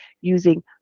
using